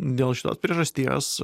dėl šitos priežasties